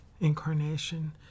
incarnation